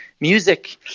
music